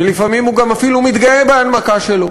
ולפעמים הוא גם אפילו מתגאה בהנמקה שלו.